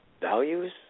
values